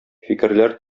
фикерләр